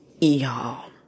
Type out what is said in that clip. y'all